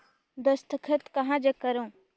दस्खत कहा जग करो?